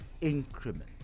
increment